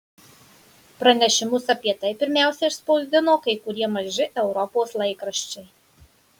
pranešimus apie tai pirmiausia išspausdino kai kurie maži europos laikraščiai